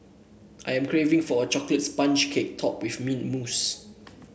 I am craving for a chocolate sponge cake topped with mint mousse